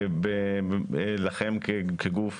לכם כגוף